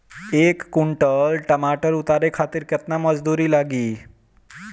एक कुंटल टमाटर उतारे खातिर केतना मजदूरी लागी?